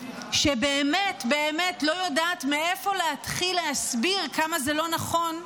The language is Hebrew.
שבאמת באמת לא יודעת מאיפה להתחיל להסביר כמה זה לא נכון,